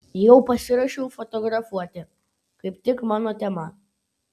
jau pasiruošiau fotografuoti kaip tik mano tema